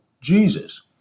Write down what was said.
Jesus